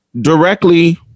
directly